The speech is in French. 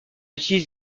utilise